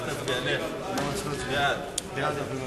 הודעת ועדת העבודה,